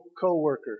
co-worker